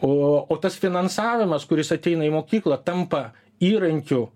o o tas finansavimas kuris ateina į mokyklą tampa įrankiu